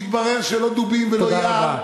והתברר שלא דובים ולא יער,